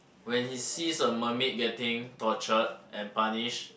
when he sees a mermaid getting tortured and punished